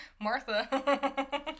Martha